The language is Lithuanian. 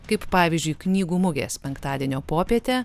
kaip pavyzdžiui knygų mugės penktadienio popietę